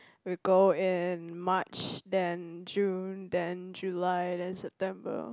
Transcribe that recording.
we go in March then June then July then September loh